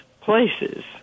places